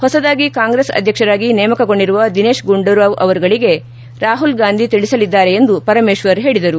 ಹೊಸದಾಗಿ ಕಾಂಗ್ರೆಸ್ ಅಧ್ಯಕ್ಷರಾಗಿ ನೇಮಕಗೊಂಡಿರುವ ದಿನೇತ್ ಗುಂಡೂರಾವ್ ಅವರುಗಳಿಗೆ ರಾಹುಲ್ಗಾಂಧಿ ತಿಳಿಸಲಿದ್ದಾರೆ ಎಂದು ಪರಮೇಶ್ವರ್ ಹೇಳಿದರು